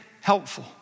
helpful